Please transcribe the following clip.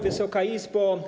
Wysoka Izbo!